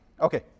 Okay